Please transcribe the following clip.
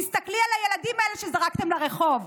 תסתכלי על הילדים הללו שזרקתם לרחוב,